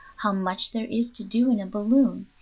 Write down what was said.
how much there is to do in a balloon.